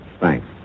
Thanks